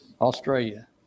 Australia